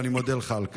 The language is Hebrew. ואני מודה לך על כך.